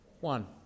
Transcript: One